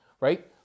right